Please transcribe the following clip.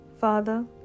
Father